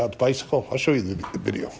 about bicycle i'll show you the video